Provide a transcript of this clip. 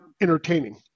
entertaining